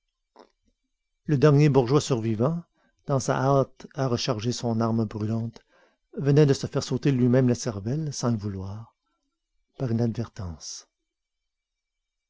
le dernier bourgeois survivant dans sa hâte à recharger son arme brûlante venait de se faire sauter lui-même la cervelle sans le vouloir par inadvertance